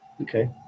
Okay